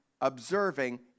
observing